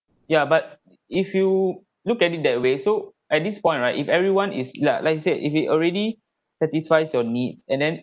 ya but if you look at it that way so at this point right if everyone is ya like you say if it already satisfies your needs and then